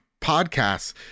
podcasts